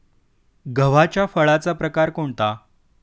गव्हाच्या फळाचा प्रकार कोणता?